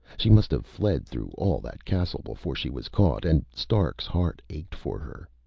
she must have fled through all that castle before she was caught, and stark's heart ached for her.